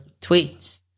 tweets